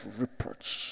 reproach